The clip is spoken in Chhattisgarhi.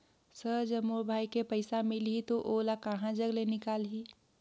सर जब मोर भाई के पइसा मिलही तो ओला कहा जग ले निकालिही?